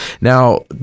now